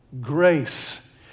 grace